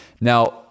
Now